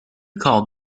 called